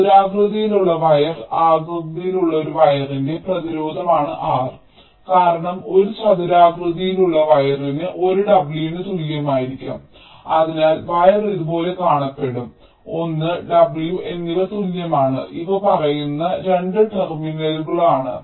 ചതുരാകൃതിയിലുള്ള വയർ ആകൃതിയിലുള്ള ഒരു വയറിന്റെ പ്രതിരോധമാണ് R⧠ കാരണം ഒരു ചതുരാകൃതിയിലുള്ള വയറിന് l w ന് തുല്യമായിരിക്കും അതിനാൽ വയർ ഇതുപോലെ കാണപ്പെടും l w എന്നിവ തുല്യമാണ് ഇവ പറയുന്നു 2 ടെർമിനലുകളാണ്